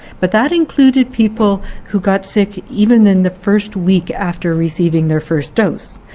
but that included people who got sick even in the first week after receiving their first dose,